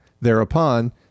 Thereupon